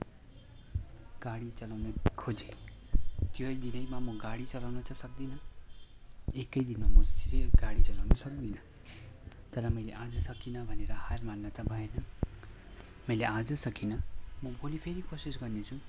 गाडी चलाउन खोजेँ त्यो दिनैमा गाडी चलाउन त सक्दिनँ एकै दिनमा म सिधै गाडी चलाउन सक्दिनँ तर मैले आज सकिनँ भनेर हार मान्न त भएन मैले आज सकिनँ म भोलि फेरि कोसिस गर्नेछु